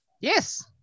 Yes